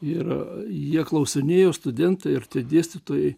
yra jie klausinėjo studentai ir dėstytojai